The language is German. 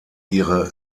ihre